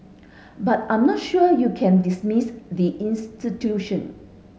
but I'm not sure you can dismiss the institution